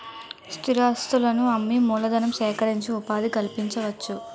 స్థిరాస్తులను అమ్మి మూలధనం సేకరించి ఉపాధి కల్పించవచ్చు